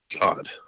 God